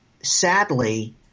sadly